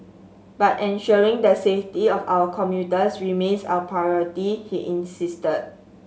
but ensuring the safety of our commuters remains our priority he insisted